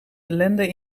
ellende